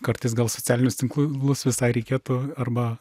kartais gal socialinius tinklus visai reikėtų arba